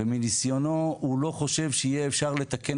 ומניסיונו הוא לא חושב שיהיה אפשר לתקן